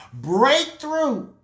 breakthrough